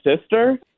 sister